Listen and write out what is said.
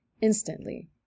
instantly